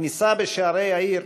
הכניסה בשערי העיר